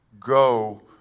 go